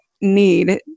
need